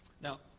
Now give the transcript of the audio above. Now